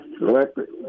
electric